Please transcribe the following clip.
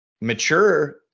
mature